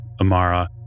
Amara